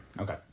Okay